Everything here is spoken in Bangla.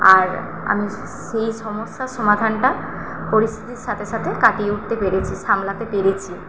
আর আমি সেই সমস্যার সমাধানটা পরিস্থিতির সাথে সাথে কাটিয়ে উঠতে পেরেছি সামলাতে পেরেছি